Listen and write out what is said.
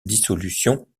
dissolution